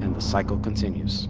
and the cycle continues